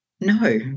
no